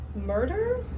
Murder